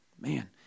man